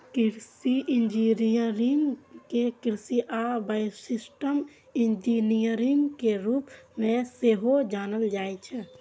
कृषि इंजीनियरिंग कें कृषि आ बायोसिस्टम इंजीनियरिंग के रूप मे सेहो जानल जाइ छै